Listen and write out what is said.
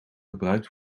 gebruikt